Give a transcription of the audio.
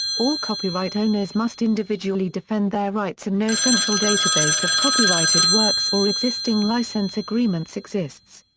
all copyright owners must individually defend their rights and no central database of copyrighted works or existing license agreements exists.